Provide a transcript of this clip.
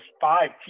five